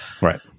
Right